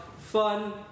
Fun